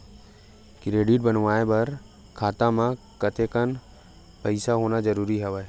Credit बनवाय बर खाता म कतेकन पईसा होना जरूरी हवय?